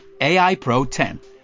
AIPRO10